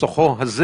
2(א)(2).